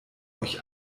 euch